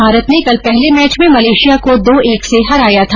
भारत ने कल पहले मैच में मलेशिया को दो एक से हराया था